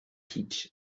teach